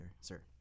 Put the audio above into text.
sir